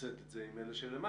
ותסבסד את זה עם אלה שלמעלה,